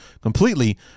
completely